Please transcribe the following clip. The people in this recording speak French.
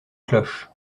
cloche